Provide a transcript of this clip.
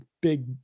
big